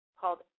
called